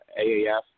AAF